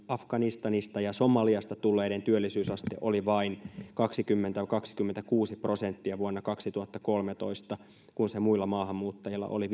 afganistanista ja somaliasta tulleiden työllisyysaste oli vain kaksikymmentä viiva kaksikymmentäkuusi prosenttia vuonna kaksituhattakolmetoista kun se muilla maahanmuuttajilla oli